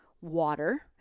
water